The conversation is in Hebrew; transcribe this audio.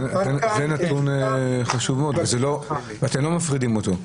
זה נתון חשוב מאוד ואתם לא מפרידים אותו?